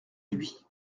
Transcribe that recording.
lui